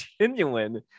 genuine